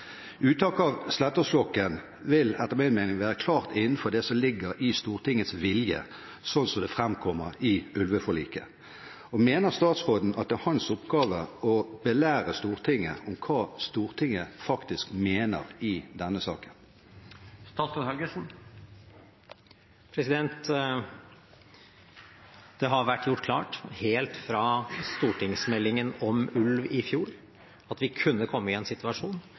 Uttak av Slettås-flokken vil etter min mening være klart innenfor det som ligger i Stortingets vilje, slik den framkommer i ulveforliket. Mener statsråden at det er hans oppgave å belære Stortinget om hva Stortinget faktisk mener i denne saken? Det har vært gjort klart helt fra stortingsmeldingen om ulv i fjor at vi kunne komme i en situasjon